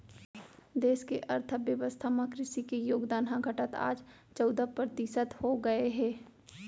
देस के अर्थ बेवस्था म कृसि के योगदान ह घटत आज चउदा परतिसत हो गए हे